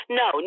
no